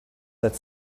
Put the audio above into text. that